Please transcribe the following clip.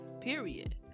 period